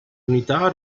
unità